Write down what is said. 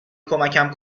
کمکم